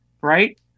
right